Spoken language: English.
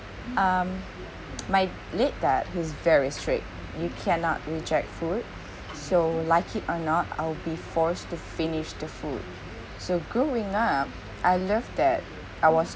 um my late dad was very strict you cannot reject food so like it or not I'll be forced to finish the food so growing up I love that I was